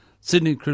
Sydney